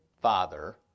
Father